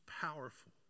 powerful